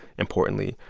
importantly,